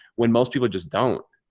when most people just don't?